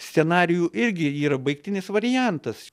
scenarijų irgi yra baigtinis variantas